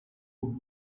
who